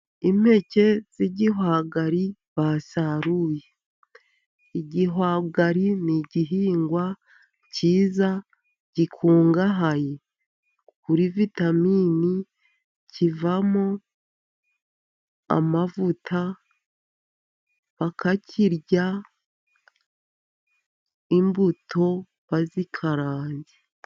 Impeke z'igihwagari basaruye, igihwagari ni igihingwa cyiza gikungahaye kuri vitamini, kivamo amavuta, bakakirya imbuto bazikaranze.